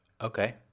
Okay